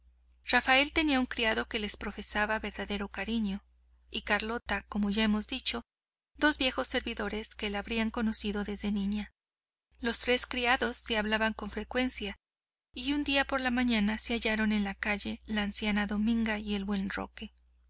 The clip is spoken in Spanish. rafael tenía un criado que le profesaba verdadero cariño y carlota como ya hemos dicho dos viejos servidores que la habían conocido desde niña los tres criados se hablaban con frecuencia y un día por la mañana se hallaron en la calle la anciana dominga y el buen roque